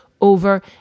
over